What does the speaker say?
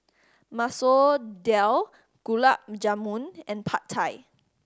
Masoor Dal Gulab Jamun and Pad Thai